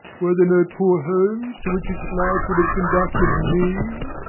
were there no poor homes to which its light would have conducted me!